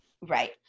right